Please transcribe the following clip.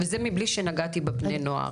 וזה מבלי שנגעתי בבני נוער.